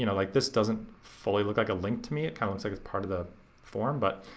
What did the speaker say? you know like, this doesn't fully look like a link to me. it kinda looks like it's part of the form, but,